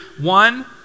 one